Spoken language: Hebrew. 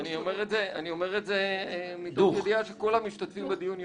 אני אומר את זה מתוך ידיעה שכל המשתתפים בדיון יודעים.